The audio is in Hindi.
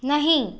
नहीं